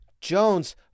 Jones